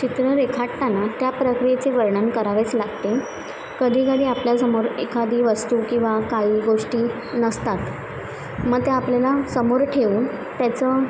चित्र रेखाटांना त्या प्रक्रियेचे वर्णन करावेच लागते कधी कधी आपल्यासमोर एखादी वस्तू किंवा काही गोष्टी नसतात मं त्या आपल्याला समोर ठेऊन त्याचं